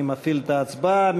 אני מפעיל את ההצבעה.